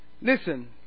Listen